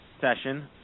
session